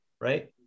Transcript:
right